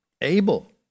Abel